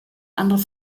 andere